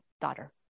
daughter